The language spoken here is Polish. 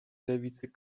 lewicy